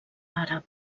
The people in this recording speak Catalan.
àrab